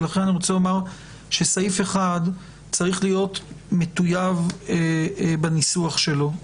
לכן, סעיף 1 צריך להיות מטויב בניסוח שלו.